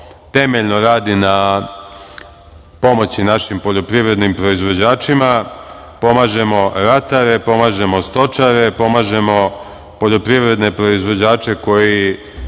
temeljno radi na pomoći našim poljoprivrednim proizvođačima, pomažemo ratare, pomažemo stočare, pomažemo poljoprivredne proizvođače koji